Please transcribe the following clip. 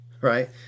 right